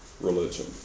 religion